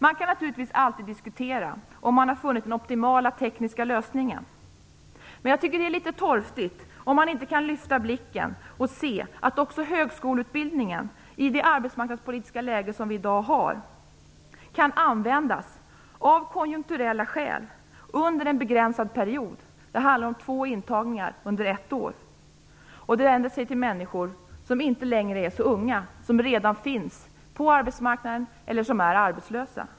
Man kan naturligtvis alltid diskutera om vi har funnit den optimala tekniska lösningen, men jag tycker att det är litet torftigt om man inte kan lyfta blicken och se att också högskoleutbildningen, i det arbetsmarknadspolitiska läge som vi i dag har, kan användas under en begränsad period, av konjunkturella skäl. Det handlar om två intagningar under ett år. Åtgärden är avsedd för människor som inte längre är så unga, som redan finns på arbetsmarknaden eller som är arbetslösa.